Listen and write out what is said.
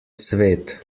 cvet